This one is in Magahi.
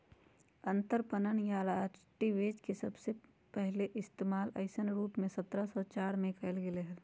अंतरपणन या आर्बिट्राज के सबसे पहले इश्तेमाल ऐसन रूप में सत्रह सौ चार में कइल गैले हल